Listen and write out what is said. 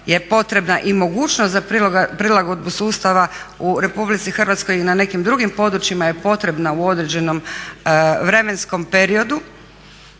je potrebna i mogućnost za prilagodbu sustava u Republici Hrvatskoj i na nekim drugim područjima je potrebna u određenom vremenskom periodu.